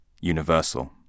universal